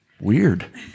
Weird